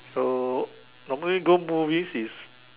so normally go movies is